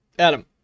Adam